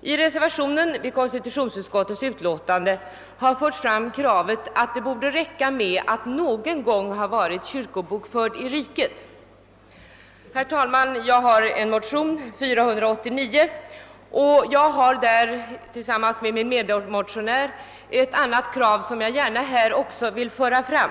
I reservationen vid konstitutionsutskottets utlåtande har yrkats att det borde räcka med att någon gång ha varit kyrkobokförd i riket. Herr talman! I motionen II: 489 har jag tillsammans med min medmotionär herr Werner rest ett annat krav, som jag gärna också här vill föra fram.